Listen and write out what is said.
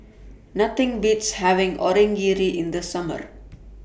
Nothing Beats having Onigiri in The Summer